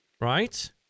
Right